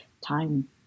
time